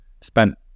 spent